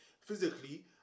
physically